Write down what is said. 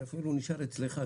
זה אפילו נשאר אצלך.